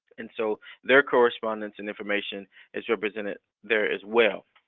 and so their correspondence and information is represented there as well,